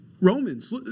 Romans